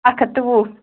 اکھ ہَتھ تہٕ وُہ